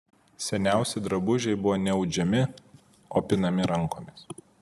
seniausi drabužiai buvo ne audžiami o pinami rankomis